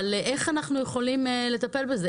אנחנו יכולים לטפל בזה?